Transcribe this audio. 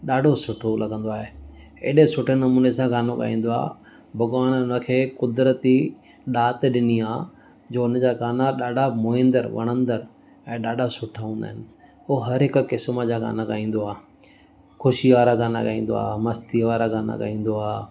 ॾाढो सुठो लॻंदो आहे हेॾे सुठे नमूने सां गानो ॻाईंदो आहे भॻवान हुनखे क़ुदिरती ॾात ॾिनी आहे जो हुनजा गाना ॾाढा मोहिंदड़ु वणंदड़ ऐं ॾाढा सुठा हूंदा आहिनि उहो हर हिक क़िस्म जा गाना ॻाईंदो आहे ख़ुशी वारा गाना ॻाईंदो आहे मस्ती वारा गाना ॻाईंदो आहे